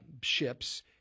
ships